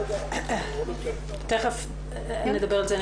תיכף נדבר על זה,